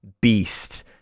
beast